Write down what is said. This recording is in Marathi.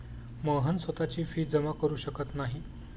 मोहन स्वतःची फी जमा करु शकत नाही